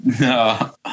No